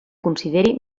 consideri